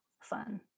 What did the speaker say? fun